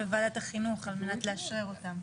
על מנת לאשרר אותן.